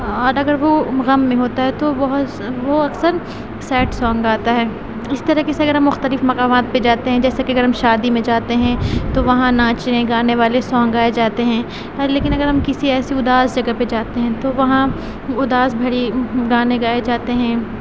اور اگر وہ غم میں ہوتا ہے تو وہ وہ اکثر سیڈ سونگ گاتا ہے اس طریقے سے اگر ہم مختلف مقامات پہ جاتے ہیں جیسےکہ اگر ہم شادی میں جاتے ہیں تو وہاں ناچنے گانے والے سونگ گائے جاتے ہیں لیکن اگر ہم کسی ایسی اداس جگہ پر جاتے ہیں تو وہاں اداس بھری گانے گائے جاتے ہیں